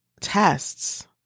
tests